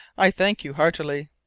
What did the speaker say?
i thank you heartily.